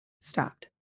stopped